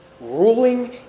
Ruling